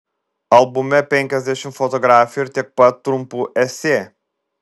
albume penkiasdešimt fotografijų ir tiek pat trumpų esė